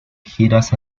giras